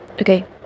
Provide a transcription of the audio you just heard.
okay